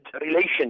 relations